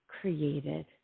created